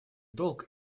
долг